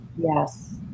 Yes